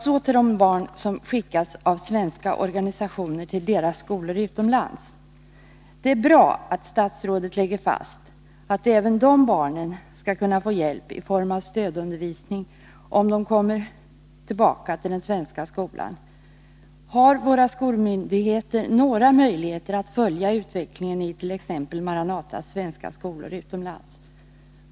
Så till de barn som skickas av svenska organisationer till deras skolor utomlands. Det är bra att statsrådet lägger fast att även de barnen skall kunna få hjälp i form av stödundervisning, om de kommer tillbaka till den svenska skolan. Har våra skolmyndigheter några möjligheter att följa utvecklingen i t.ex. Maranatas svenska skolor utomlands?